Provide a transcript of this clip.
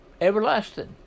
everlasting